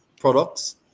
products